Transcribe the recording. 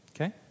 Okay